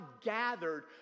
gathered